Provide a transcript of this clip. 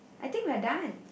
I think we're done